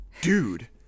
Dude